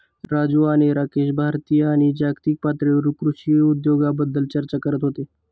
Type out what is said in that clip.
राजू आणि राकेश भारतीय आणि जागतिक पातळीवरील कृषी उद्योगाबद्दल चर्चा करत होते